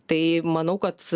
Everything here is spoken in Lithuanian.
tai manau kad